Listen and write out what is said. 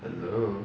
hello